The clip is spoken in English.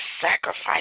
sacrifice